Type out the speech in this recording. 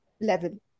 level